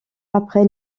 après